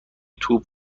توپ